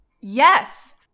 Yes